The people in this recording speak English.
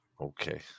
Okay